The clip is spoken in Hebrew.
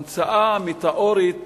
המצאה מטאורית